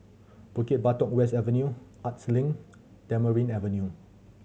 Bukit Batok West Avenue Arts Link Tamarind Avenue